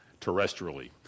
terrestrially